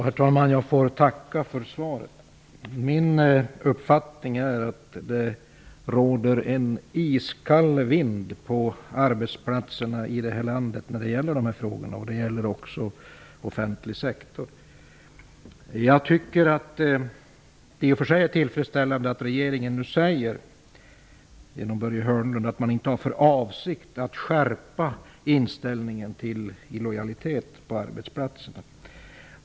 Herr talman! Jag tackar för svaret. Min uppfattning är att det blåser en iskall vind på arbetsplatserna i detta land när det gäller dessa frågor. Sådant är förhållandet även inom den offentliga sektorn. I och för sig är det tillfredsställande att regeringen nu genom Börje Hörnlund förklarar att man inte har för avsikt att skärpa inställningen till illojalitet på arbetsplatserna.